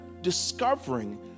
discovering